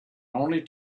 only